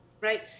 Right